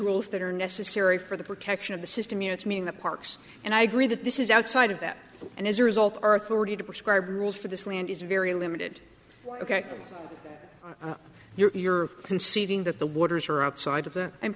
rules that are necessary for the protection of the system you it's me in the parks and i agree that this is outside of that and as a result our authority to prescribe rules for this land is very limited ok you're conceding that the waters are outside of that i'm